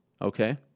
Okay